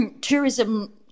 tourism